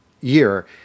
year